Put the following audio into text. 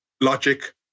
logic